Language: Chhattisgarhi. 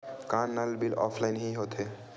का नल बिल ऑफलाइन हि होथे?